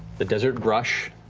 the desert brush,